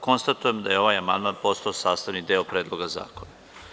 Konstatujem da je ovaj amandman postao sastavni deo Predloga zakona.